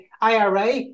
IRA